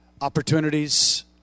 Opportunities